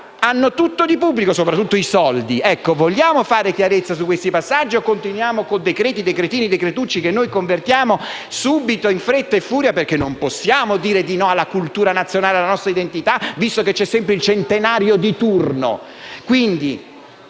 hanno tutto di pubblico (soprattutto i soldi). Ecco, vogliamo fare chiarezza su questi passaggi o vogliamo continuare con decreti, decretini e decretucci, che noi convertiamo subito, in fretta e furia, perché non possiamo dire di no alla cultura nazionale e alla nostra identità, visto che c'è sempre il centenario di turno?